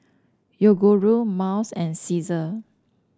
Yoguru Miles and Cesar